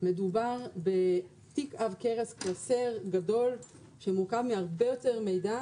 מדובר בתיק עב כרס יותר גדול שמורכב מהרבה יותר מידע.